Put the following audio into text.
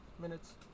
minutes